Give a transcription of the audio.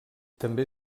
també